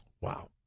Wow